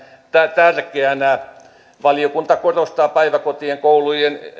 tärkeänä valiokunta korostaa päiväkotien koulujen